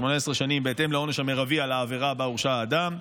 בהתאם לעונש המרבי על העבירה שבה הורשע האדם,